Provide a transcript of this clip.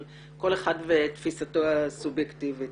אבל כל אחד ותפיסתו הסובייקטיבית.